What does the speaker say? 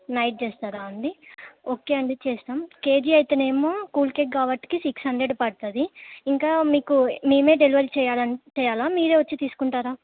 night చేస్తారా అండి okay అండి చేస్తాం కేజీ అయితేనేమో కూల్ కేక్ కాబట్టి సిక్స్ హండ్రెడ్ పడుతుంది ఇంకా మీకు మేమే డెలివరీ చేయాల చెయ్యాలా మీరే వచ్చి తీసుకుంటారా